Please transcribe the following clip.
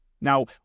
Now